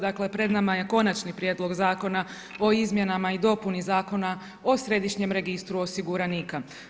Dakle, pred nama je Konačni prijedlog Zakona o izmjenama i dopuni Zakona o središnjem registru osiguranika.